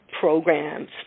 programs